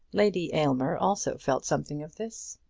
lady aylmer also felt something of this,